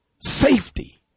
safety